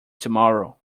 tomorrow